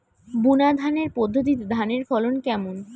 বুনাধানের পদ্ধতিতে ধানের ফলন কেমন?